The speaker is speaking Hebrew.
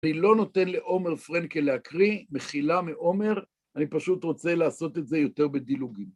אני לא נותן לעומר פרנקל להקריא, מחילה מעומר, אני פשוט רוצה לעשות את זה יותר בדילוגים.